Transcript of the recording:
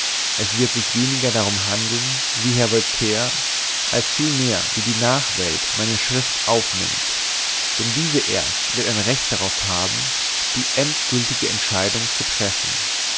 es wird sich weniger darum handeln wie herr voltaire als vielmehr wie die nachwelt meine schrift aufnimmt denn diese erst wird ein recht darauf haben die endgültige entscheidung zu treffen